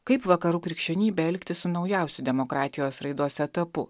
kaip vakarų krikščionybei elgtis su naujausiu demokratijos raidos etapu